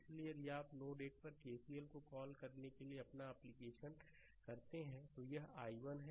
इसलिए यदि आप नोड 1 पर केसीएल को कॉल करने के लिए अपना एप्लीकेशन करते हैं तो यह i1 है